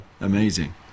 Amazing